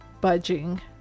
budging